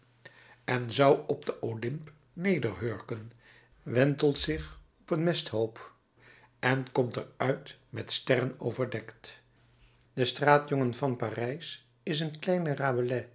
en zou op den olymp nederhurken wentelt zich op een mesthoop en komt er uit met sterren overdekt de straatjongen van parijs is een kleine